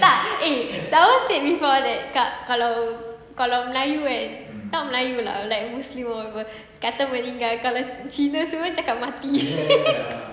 tak eh someone said before that tak kalau kalau melayu kan not melayu like muslims or whoever kata meninggal kalau cina semua cakap mati